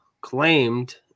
claimed